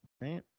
Right